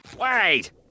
wait